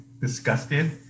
disgusted